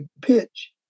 pitch